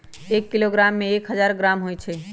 एक किलोग्राम में एक हजार ग्राम होई छई